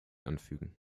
anfügen